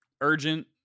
Urgent